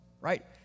right